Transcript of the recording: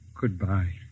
Goodbye